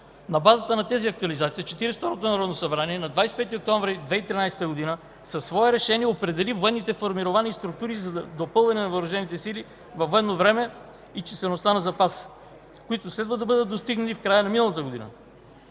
На базата на тези актуализации Четиридесет и второто народно събрание на 25 октомври 2013 г. със свое решение определи военните формирования и структури за допълване на Въоръжените сили във военно време и числеността на запаса, които следва да бъдат достигнати в края на миналата година.